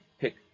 pick